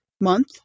month